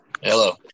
Hello